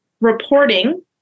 reporting